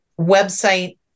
website